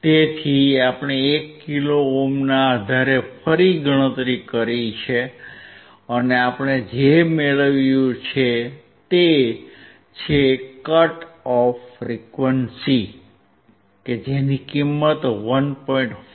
તેથી આપણે 1 કિલો ઓહ્મના આધારે ફરી ગણતરી કરી છે અને આપણે જે મેળવ્યું છે તે છે કટ ઓફ ફ્રીક્વન્સી જેની કિંમત 1